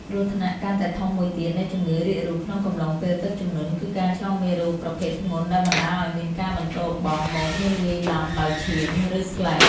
គ្រោះថ្នាក់កាន់តែធំមួយទៀតនៃជំងឺរាករូសក្នុងកំឡុងពេលទឹកជំនន់ គឺការឆ្លងមេរោគប្រភេទធ្ងន់ដែលបណ្តាលឱ្យមានការបន្ទោបង់មកមានលាយឡំដោយឈាម ឬស្លេស។